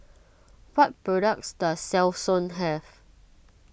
what products does Selsun have